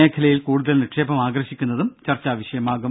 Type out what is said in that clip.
മേഖലയിൽ കൂടുതൽ നിക്ഷേപം ആകർഷിക്കുന്നതും ചർച്ചാ വിഷയമാകും